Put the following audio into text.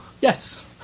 yes